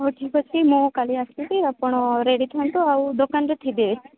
ହଉ ଠିକ୍ ଅଛି ମୁଁ କାଲି ଆସିବି ଆପଣ ରେଡ଼ି ଥାଆନ୍ତୁ ଆଉ ଦୋକାନରେ ଥିବେ